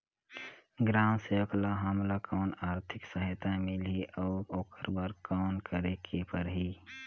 ग्राम सेवक ल हमला कौन आरथिक सहायता मिलही अउ ओकर बर कौन करे के परही?